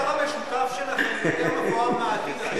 העבר המשותף שלכם יותר מפואר מהעתיד המשותף.